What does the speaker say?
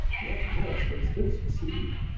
what worse can still succeed?